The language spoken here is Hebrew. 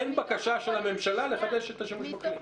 אין בקשה של הממשלה לחדש את השימוש בכלי.